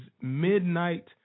midnight